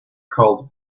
called